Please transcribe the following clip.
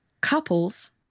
couples